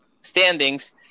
standings –